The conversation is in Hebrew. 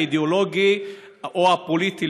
האידיאולוגי או הפוליטי,